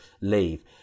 leave